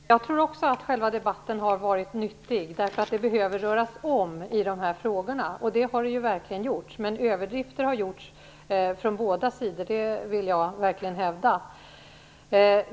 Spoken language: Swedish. Fru talman! Också jag tror att själva debatten har varit nyttig. Det behöver röras om i de här frågorna, och det har ju verkligen skett. Men överdrifter har gjorts från båda sidor, det vill jag verkligen hävda.